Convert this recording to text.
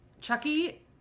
Chucky